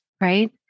right